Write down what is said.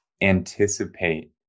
anticipate